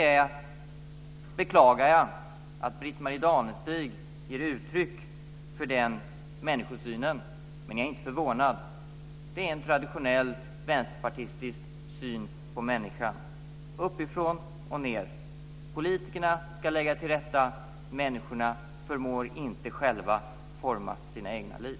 Jag beklagar att Britt-Marie Danestig ger uttryck för denna människosyn, men jag är inte förvånad. Det är en traditionell vänsterpartistisk syn på människan, uppifrån och ned. Politikerna ska lägga till rätta. Människorna förmår inte att forma sina egna liv.